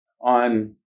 on